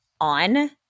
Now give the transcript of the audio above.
on